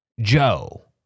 Joe